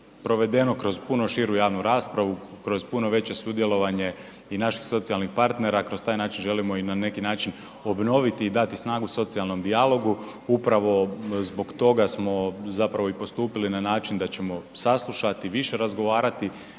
provedeno kroz puno širu javnu raspravu, kroz puno veće sudjelovanje i naših socijalnih partnera, kroz taj način želimo i na neki način obnoviti i dati snagu socijalnom dijalogu. Upravo zbog toga smo zapravo i postupili na način da ćemo saslušati, više razgovarati,